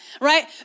Right